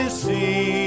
see